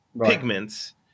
pigments